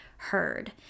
heard